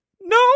No